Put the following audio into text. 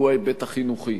והוא ההיבט החינוכי.